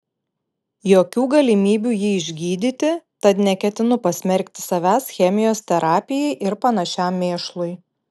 jokių galimybių jį išgydyti tad neketinu pasmerkti savęs chemijos terapijai ir panašiam mėšlui